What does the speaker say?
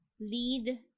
lead